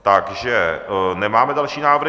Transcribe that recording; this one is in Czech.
Takže nemáme další návrhy.